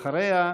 אחריה,